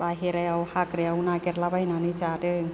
बाहेरायाव हाग्रायाव नागिरलायबायनानै जादों